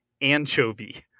anchovy